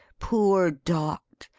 poor dot!